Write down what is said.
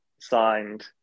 signed